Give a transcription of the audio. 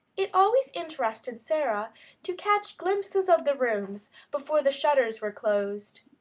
it always interested sara to catch glimpses of the rooms before the shutters were closed.